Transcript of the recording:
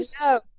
No